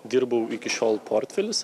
dirbau iki šiol portfelis